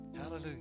Hallelujah